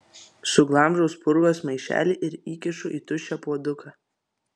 suglamžau spurgos maišelį ir įkišu į tuščią puoduką